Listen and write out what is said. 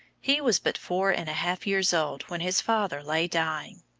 he was but four and a half years old when his father lay dying.